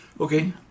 Okay